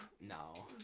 no